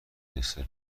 دسر